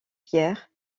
pierre